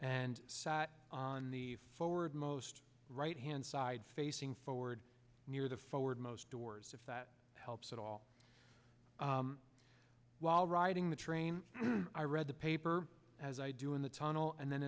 and sat on the forward most right hand side facing forward near the forward most doors if that helps at all while riding the train i read the paper as i do in the tunnel and then